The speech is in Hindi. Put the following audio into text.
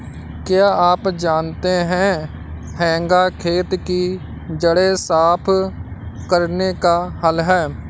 क्या आप जानते है हेंगा खेत की जड़ें साफ़ करने का हल है?